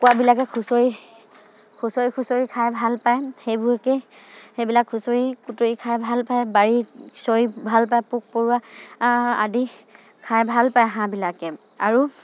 কুকুৰাবিলাকে খোঁচৰি খোঁচৰি খোঁচৰি খাই ভালপায় সেইবোৰকে সেইবিলাক খোঁচৰি কুটৰি খাই ভালপায় বাৰীত চৰি ভালপায় পোক পৰুৱা আদি খাই ভালপায় হাঁহবিলাকে আৰু